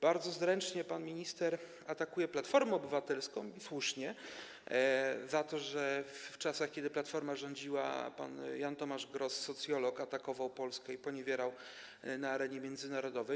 Bardzo zręcznie pan minister atakuje Platformę Obywatelską - i słusznie - za to, że w czasach, kiedy Platforma rządziła, pan Jan Tomasz Gross, socjolog, atakował Polskę i poniewierał nią na arenie międzynarodowej.